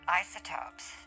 isotopes